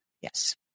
Yes